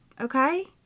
okay